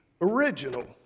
original